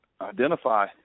Identify –